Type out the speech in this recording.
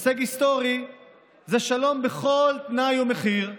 הישג היסטורי זה שלום בכל תנאי ומחיר,